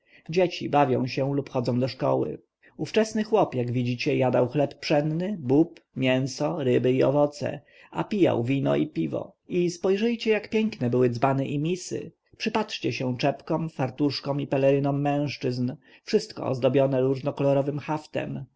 dzieci bawią się lub chodzą do szkoły ówczesny chłop jak widzicie jadał chleb pszenny bób mięso ryby i owoce a pijał piwo i wino i spojrzyjcie jak piękne były dzbany i misy przypatrzcie się czepkom fartuszkom i pelerynom mężczyzn wszystko ozdobione różnokolorowym haftem